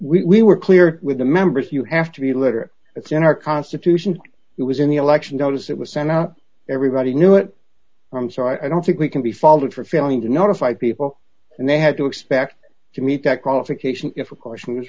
so we were clear with the members you have to be literate it's in our constitution it was in the election notice it was set up everybody knew it from so i don't think we can be faulted for failing to notify people and they had to expect to meet that qualification if a question was